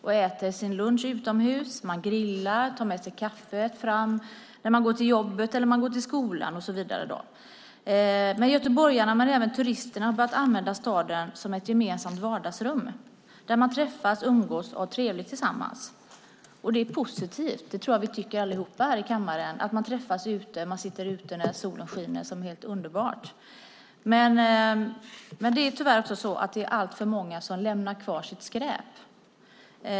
Man äter sin lunch utomhus, man grillar, man tar med sig kaffe när man går till jobbet eller skolan och så vidare. Göteborgarna och även turisterna har börjat använda staden som ett gemensamt vardagsrum där man träffas, umgås och har trevligt tillsammans. Det är positivt - det tror jag att vi tycker allihop här i kammaren - att man träffas ute och sitter ute när solen skiner. Det är helt underbart. Det är dock tyvärr också så att alltför många lämnar kvar sitt skräp.